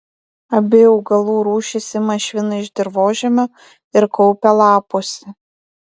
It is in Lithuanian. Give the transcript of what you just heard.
abi augalų rūšys ima šviną iš dirvožemio ir kaupia lapuose